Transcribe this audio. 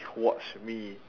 watch me